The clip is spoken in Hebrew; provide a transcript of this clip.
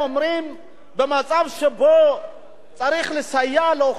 במצב שבו צריך לסייע לאוכלוסיות נזקקות צריך